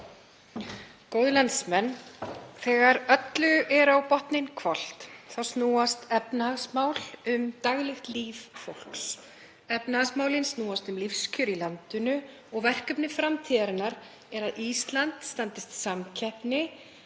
Góðir landsmenn. Þegar öllu er á botninn hvolft snúast efnahagsmál um hið daglega líf fólks. Efnahagsmálin snúast um lífskjör í landinu og verkefni framtíðarinnar er að Ísland standist samkeppni